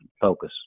focus